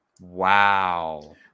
Wow